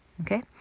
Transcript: Okay